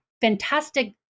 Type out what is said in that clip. fantastic